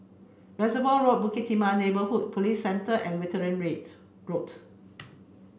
Reservoir Road Bukit Timah Neighbourhood Police Centre and Wittering Rate Road